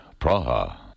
Praha